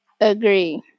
Agree